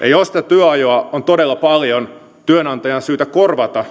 sitä työajoa on todella paljon työnantajan on syytä korvata